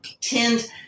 tend